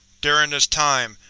during this time,